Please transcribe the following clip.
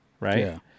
right